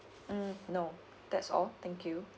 mm no that's all thank you